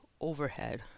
overhead